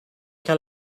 kaj